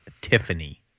Tiffany